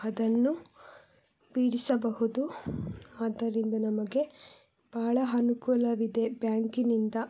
ಅದನ್ನು ಬಿಡಿಸಬಹುದು ಆದ್ದರಿಂದ ನಮಗೆ ಭಾಳ ಅನುಕೂಲವಿದೆ ಬ್ಯಾಂಕಿನಿಂದ